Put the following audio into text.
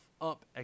up